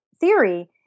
theory